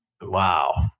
wow